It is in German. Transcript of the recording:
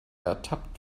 ertappt